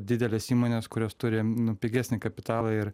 didelės įmonės kurios turi pigesnį kapitalą ir